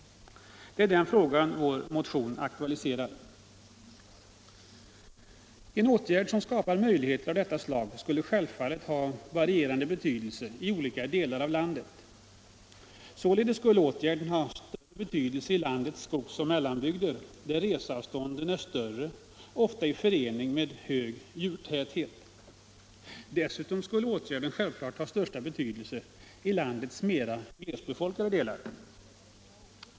Det är den frågan vår motion aktualiserar. En åtgärd som skapar möjligheter av detta slag skulle självfallet ha varierande betydelse i olika delar av landet. Således skulle åtgärden ha större betydelse i landets skogsoch mellanbygder, där reseavstånden är större, ofta kombinerat med hög djurtäthet. Dessutom skulle åtgärden självklart ha största betydelse i landets mera glesbefolkade delar.